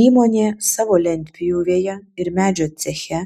įmonė savo lentpjūvėje ir medžio ceche